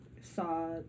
saw